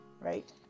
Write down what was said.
right